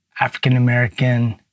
African-American